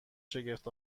شگفت